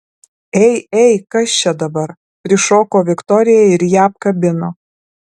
ei ei kas čia dabar prišoko viktorija ir ją apkabino